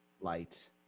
light